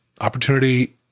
opportunity